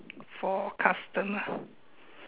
for customer